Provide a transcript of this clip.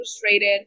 frustrated